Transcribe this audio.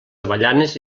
avellanes